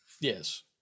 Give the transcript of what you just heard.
Yes